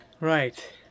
right